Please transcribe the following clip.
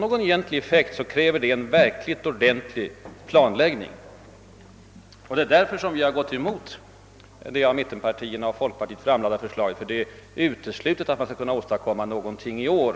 Det är därför "vi har gått emot det av mittenpartierna framlagda förslaget. Det är enligt min mening uteslutet att. åstadkomma något dettå budgetår.